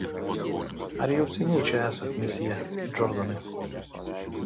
ar jau seniai čia esat mesjė džordanai